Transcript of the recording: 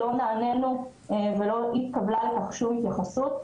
לא נענינו ולא התקבלה לכך שום התייחסות.